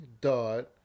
dot